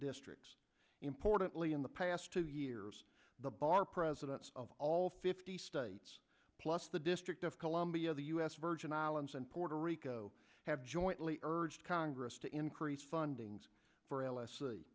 districts importantly in the past two years the bar presidents of all fifty states plus the district of columbia the u s virgin islands and puerto rico have jointly urged congress to increase funding for l